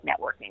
networking